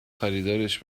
خریدارش